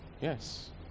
Yes